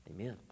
Amen